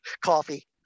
coffee